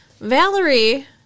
Valerie